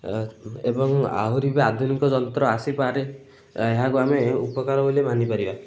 ଏବଂ ଆହୁରି ବି ଆଧୁନିକ ଯନ୍ତ୍ର ଆସିପାରେ ଏହାକୁ ଆମେ ଉପକାର ବୋଲି ମାନି ପାରିବା